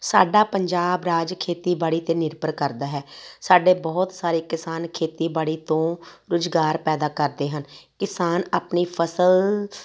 ਸਾਡਾ ਪੰਜਾਬ ਰਾਜ ਖੇਤੀਬਾੜੀ 'ਤੇ ਨਿਰਭਰ ਕਰਦਾ ਹੈ ਸਾਡੇ ਬਹੁਤ ਸਾਰੇ ਕਿਸਾਨ ਖੇਤੀਬਾੜੀ ਤੋਂ ਰੁਜ਼ਗਾਰ ਪੈਦਾ ਕਰਦੇ ਹਨ ਕਿਸਾਨ ਆਪਣੀ ਫਸਲ